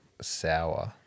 sour